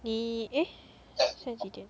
你 eh 现在几点